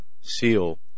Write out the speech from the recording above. seal